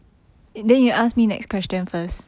okay